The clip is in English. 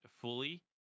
fully